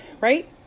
Right